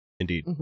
Indeed